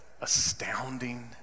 astounding